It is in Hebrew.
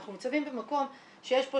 אנחנו מוצבים במקום שיש פה,